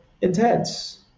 intense